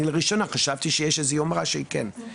אני חשבתי שיש איזו יומרה שהיא כן.